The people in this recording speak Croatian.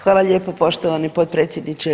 Hvala lijepo poštovani potpredsjedniče